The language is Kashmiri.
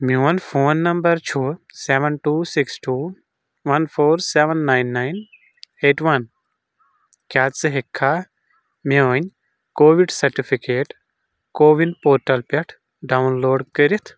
میون فون نمبر چھُ seven two six two one four seven nine nine eight one, کیٛاہ ژٕ ہیٚککھا میٲنۍ Covid certificate CoWIN portal پٮ۪ٹھ ڈاؤن لوڈ کٔرِتھ؟